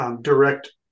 direct